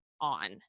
on